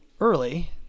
Early